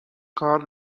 کار